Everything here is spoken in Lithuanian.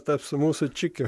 taps mūsų čikiu